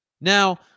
Now